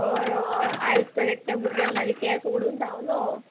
हय हय आयज तर एकट्या भुरग्यांन म्हाजे केस ओडून धांवलो